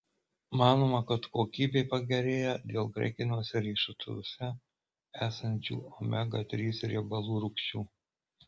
manoma kad kokybė pagerėja dėl graikiniuose riešutuose esančių omega trys riebalų rūgščių